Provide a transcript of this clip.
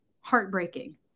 heartbreaking